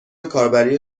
کاربری